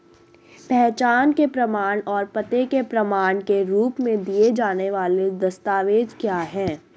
पहचान के प्रमाण और पते के प्रमाण के रूप में दिए जाने वाले दस्तावेज क्या हैं?